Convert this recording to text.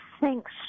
thanks